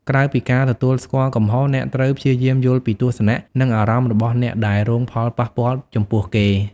ក្រៅពីការទទួលស្គាល់កំហុស អ្នកត្រូវព្យាយាមយល់ពីទស្សនៈ និងអារម្មណ៍របស់អ្នកដែលរងផលប៉ះពាល់ចំពោះគេ។